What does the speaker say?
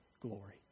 glory